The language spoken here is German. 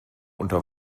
unter